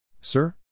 Sir